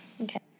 okay